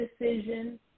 decision